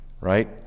right